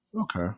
Okay